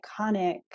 iconic